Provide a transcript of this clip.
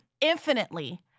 infinitely